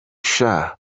sha